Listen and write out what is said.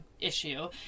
issue